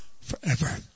forever